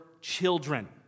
children